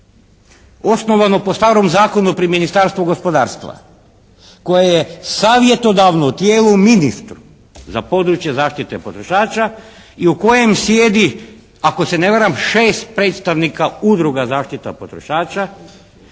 osnovano po starom zakonu pri Ministarstvu gospodarstva koje je savjetodavno tijelo ministru za područje zaštite potrošača i u kojem sjedi ako se ne varam 6 predstavnika udruga zaštita potrošača